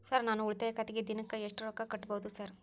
Sir ನಾನು ಉಳಿತಾಯ ಖಾತೆಗೆ ದಿನಕ್ಕ ಎಷ್ಟು ರೊಕ್ಕಾ ಕಟ್ಟುಬಹುದು ಸರ್?